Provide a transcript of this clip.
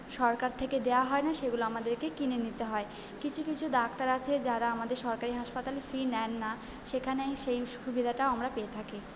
সরকার থেকে দেওয়া হয় না সেইগুলো আমাদেরকে কিনে নিতে হয় কিছু কিছু ডাক্তার আছে যারা আমাদের সরকারি হাসপাতালে ফি নেন না সেখানেই সেই সুবিধাটাও আমরা পেয়ে থাকি